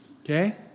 Okay